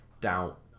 doubt